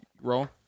Roll